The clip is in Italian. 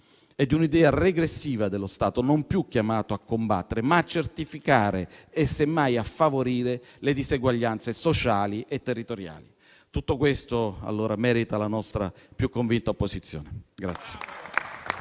e di un'idea regressiva dello Stato, non più chiamato a combattere, ma a certificare e semmai a favorire le diseguaglianze sociali e territoriali. Tutto questo merita la nostra più convinta opposizione.